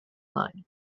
line